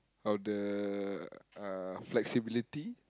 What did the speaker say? of the uh flexibility